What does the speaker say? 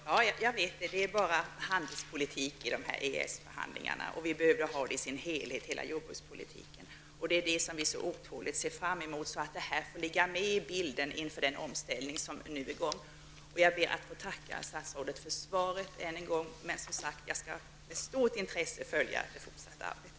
Herr talman! Jag är medveten om att det enbart ingår handelspolitik i EES-förhandlingarna. Vi behöver få besked om jordbrukspolitiken i dess helhet. Det ser vi otåligt fram emot. Detta måste finnas med i bilden inför den omställning som är på gång. Jag ber att än en gång få tacka statsrådet för svaret. Jag skall med stort intresse följa det fortsatta arbetet.